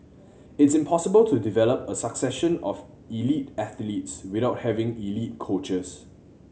it's impossible to develop a succession of elite athletes without having elite coaches